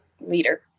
leader